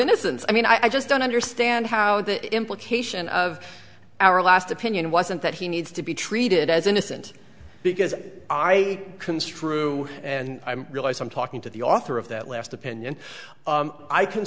innocence i mean i just don't understand how the implication of our last opinion wasn't that he needs to be treated as innocent because i construe and i realize i'm talking to the author of that last opinion